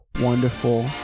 wonderful